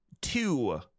two